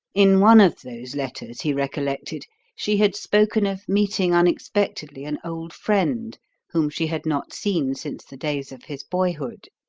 in one of those letters, he recollected, she had spoken of meeting unexpectedly an old friend whom she had not seen since the days of his boyhood